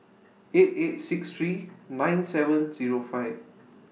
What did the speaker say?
eight eight six three nine seven Zero five